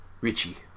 Richie